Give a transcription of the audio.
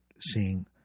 seeing